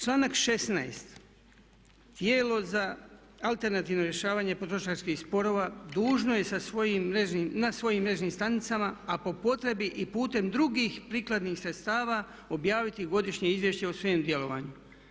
Članak 16. tijelo za alternativno rješavanje potrošačkih sporova dužno je na svojim mrežnim stranicama a po potrebi i putem drugih prikladnih sredstava objaviti godišnje izvješće o svojem djelovanju.